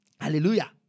hallelujah